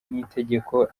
n’itegeko